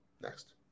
Next